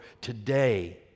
today